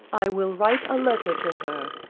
i will write a letter to her,